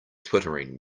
twittering